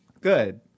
Good